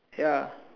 ya